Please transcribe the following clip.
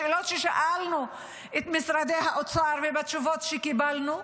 בשאלות ששאלנו את משרד האוצר ובתשובות שקיבלנו,